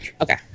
Okay